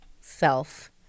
self